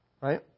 Right